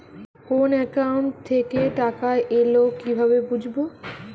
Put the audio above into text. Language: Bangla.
কোন একাউন্ট থেকে টাকা এল কিভাবে বুঝব?